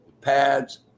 pads